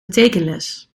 tekenles